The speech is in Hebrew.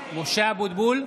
אבוטבול,